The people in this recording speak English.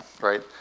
right